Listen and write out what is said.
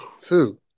Two